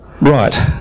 Right